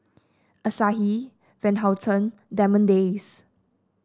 Asahi Van Houten Diamond Days